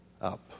up